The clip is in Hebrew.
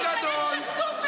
תיכנס לסופר.